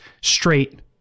straight